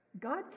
God